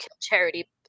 Charity